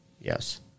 Yes